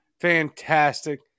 Fantastic